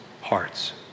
hearts